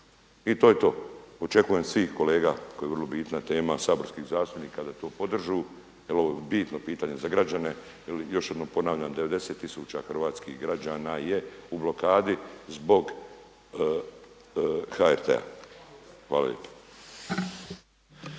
i to je to. Očekujem od svih kolega koja je vrlo bitna tema saborskih zastupnika da to podržu jel ovo je bitno pitanje za građane. Jel još jednom ponavljam, 90 tisuća hrvatskih građana je u blokadi zbog HRT-a. Hvala